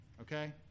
okay